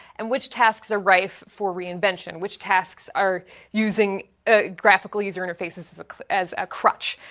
and which tasks are ripe for reinvention? which tasks are using ah graphical user interfaces as as a crutch?